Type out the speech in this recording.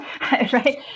right